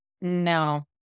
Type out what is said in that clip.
no